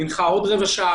מנחה עוד רבע שעה,